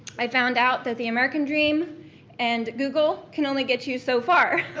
i found out that the american dream and google can only get you so far.